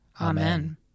Amen